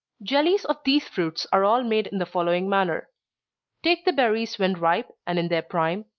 jellies of these fruits are all made in the following manner take the berries when ripe, and in their prime,